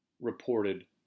reported